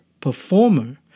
performer